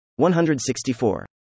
164